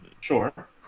sure